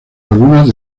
algunas